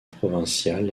provinciale